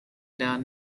down